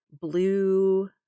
blue